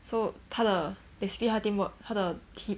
so 他的 basically 他 teamwork 他的 team